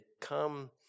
come